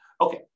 Okay